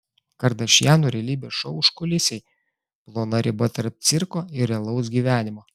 kardašianų realybės šou užkulisiai plona riba tarp cirko ir realaus gyvenimo